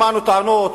לא שלושה פלסטינים.